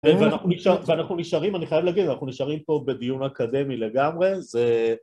ואנחנו נשארים, אני חייב להגיד, אנחנו נשארים פה בדיון אקדמי לגמרי, זה...